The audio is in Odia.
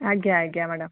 ଆଜ୍ଞା ଆଜ୍ଞା ମ୍ୟାଡ଼ାମ